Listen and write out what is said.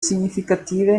significative